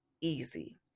easy